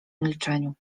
milczeniu